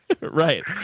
Right